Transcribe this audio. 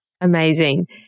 Amazing